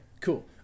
cool